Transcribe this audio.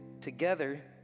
together